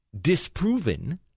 disproven